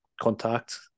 contact